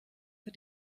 für